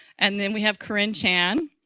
and then we have corrine chan.